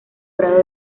grado